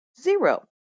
zero